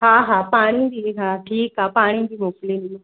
हा हा पाणी बि हा ठीकु आहे पाणी बि मोकिली